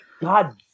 God